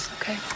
okay